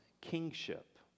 kingship